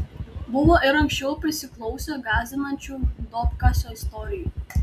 buvo ir anksčiau prisiklausę gąsdinančių duobkasio istorijų